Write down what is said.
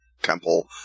temple